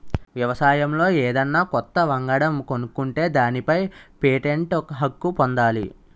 వ్యవసాయంలో ఏదన్నా కొత్త వంగడం కనుక్కుంటే దానిపై పేటెంట్ హక్కు పొందాలి